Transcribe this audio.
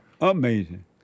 Amazing